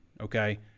okay